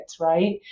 right